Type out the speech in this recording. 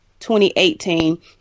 2018